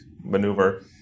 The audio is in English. maneuver